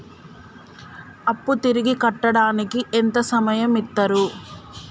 అప్పు తిరిగి కట్టడానికి ఎంత సమయం ఇత్తరు?